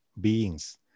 beings